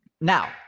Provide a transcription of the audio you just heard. now